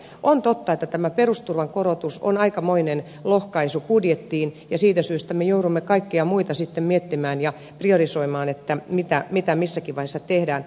on totta että perusturvan korotus on aikamoinen lohkaisu budjettiin ja siitä syystä me joudumme kaikkia muita sitten miettimään ja priorisoimaan mitä missäkin vaiheessa tehdään